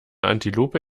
antilope